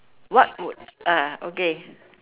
what would ah okay